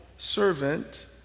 servant